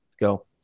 Go